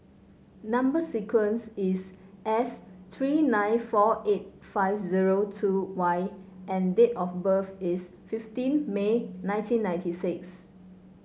number sequence is S three nine four eight five zero two Y and date of birth is fifteen May nineteen ninety six